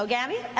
so gaby?